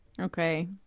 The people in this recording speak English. Okay